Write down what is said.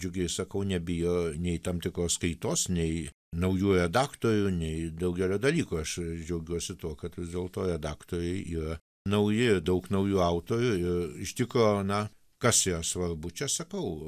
džiugiai sakau nebijo nei tam tikros kaitos nei naujų redaktorių nei daugelio dalykų aš džiaugiuosi tuo kad vis dėlto redaktoriai yra nauji daug naujų autorių ir iš tikro na kas yra svarbu čia sakau